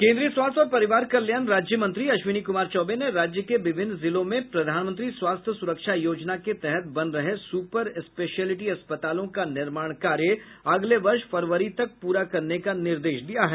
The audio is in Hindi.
केंद्रीय स्वास्थ्य और परिवार कल्याण राज्यमंत्री अश्विनी कुमार चौबे ने राज्य के विभिन्न जिलों में प्रधानमंत्री स्वास्थ्य सुरक्षा योजना के तहत बन रहे सुपर स्पेशियलिटी अस्पतालों का निर्माण कार्य अगले वर्ष फरवरी तक प्रा करने का निर्देश दिया है